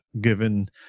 given